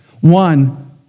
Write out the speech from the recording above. One